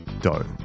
dough